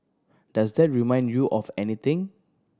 does that remind you of anything